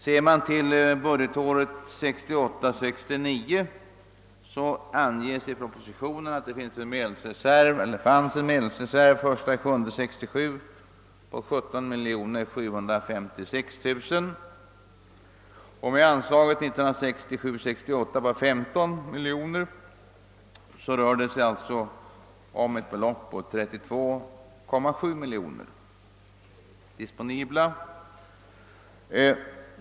För budgetåret 1968 68 på 15 miljoner kronor rör det sig alltså om ett disponibelt belopp på 32,7 miljoner kronor.